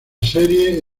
serie